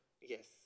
yes